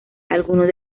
algunos